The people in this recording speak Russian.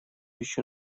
еще